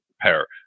pair